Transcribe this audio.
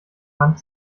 wand